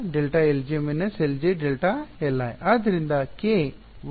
ಆದ್ದರಿಂದ k 1 2 3 ವಾಗಿರುತ್ತದೆ